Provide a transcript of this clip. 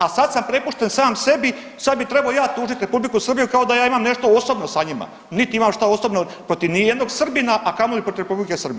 A sad sam prepušten sam sebi, sad bi trebao ja tužit Republiku Srbiju kao da ja imam nešto osobno sa njima, niti imam šta osobno protiv nijednog Srbina, a kamoli protiv Republike Srbije.